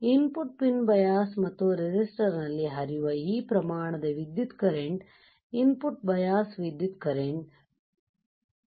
ಇನ್ ಪುಟ್ pin bias ಮತ್ತು resistor ನ ಲ್ಲಿ ಹರಿಯುವ ಈ ಪ್ರಮಾಣದ ವಿದ್ಯುತ್ ಕರೆಂಟ್ ಇನ್ ಪುಟ್ ಬಯಾಸ್ ವಿದ್ಯುತ್ ಕರೆಂಟ್ ಎಂದು ಕರೆಯಲಾಗುತ್ತದೆ